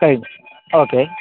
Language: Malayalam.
കഴിഞ്ഞു ഓക്കേ